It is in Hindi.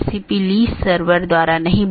चौथा वैकल्पिक गैर संक्रमणीय विशेषता है